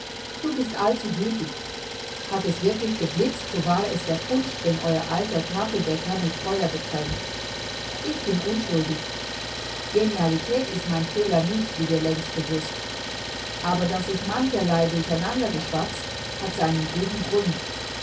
du bist allzugütig hat es wirklich geblitzt so war es der punsch den euer alter tafeldecker mit feuer getränkt ich bin unschuldig genialität ist mein fehler nicht wie dir längst bewußt aber daß ich mancherlei durcheinander geschwatzt hat seinen guten grund